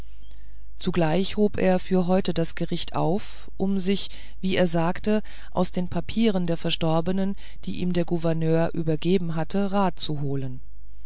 zugleich hob er für heute das gericht auf um sich wie er sagte aus den papieren der verstorbenen die ihm der gouverneur übergeben werde rat zu holen